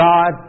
God